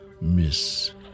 Miss